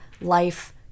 life